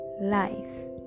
lies